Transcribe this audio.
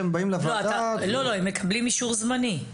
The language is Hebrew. הם מקבלים אישור זמני.